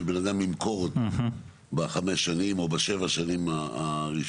בן אדם למכור אותה בחמש שנים או בשבע השנים הראשונות,